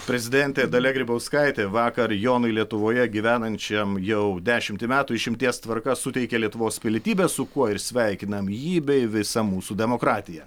prezidentė dalia grybauskaitė vakar jonui lietuvoje gyvenančiam jau dešimtį metų išimties tvarka suteikė lietuvos pilietybę su kuo ir sveikinam jį bei visą mūsų demokratiją